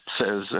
says